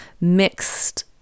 mixed